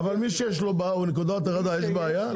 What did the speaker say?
אבל מי שיש לו נקודת הורדה יש בעיה?